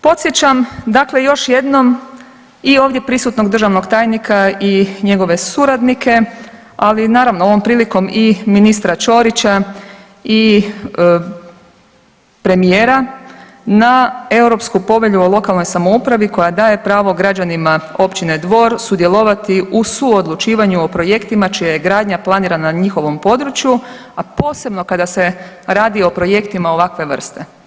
Podsjećam dakle još jednom i ovdje prisutnog državnog tajnika i njegove suradnike, ali naravno ovom prilikom i ministra Ćorića i premijera na Europsku povelju o lokalnoj samoupravi koja daje pravo građanima Općine Dvor sudjelovati u suodlučivanju o projektima čija je gradnja planirana na njihovom području, a posebno kada se radi o projektima ovakve vrste.